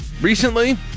recently